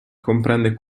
comprende